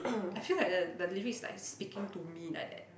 I feel like the the lyrics like speaking to me like that